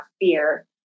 fear